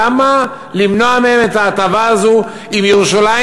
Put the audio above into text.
למה למנוע מהם את ההטבה הזאת אם ירושלים